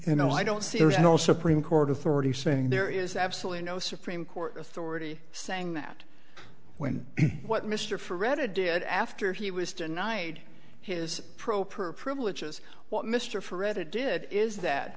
you know i don't see there's no supreme court authority saying there is absolutely no supreme court authority saying that when what mr for reddit did after he was denied his pro per privileges what mr forever did is that